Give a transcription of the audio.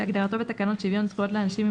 כהגדרתו בתקנות שוויון זכויות לאנשים עם